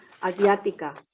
asiática